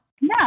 No